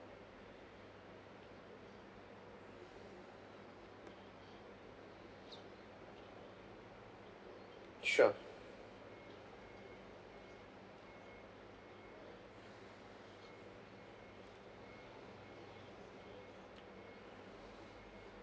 sure